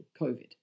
COVID